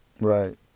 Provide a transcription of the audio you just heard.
right